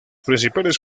principales